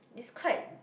is quite